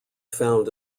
found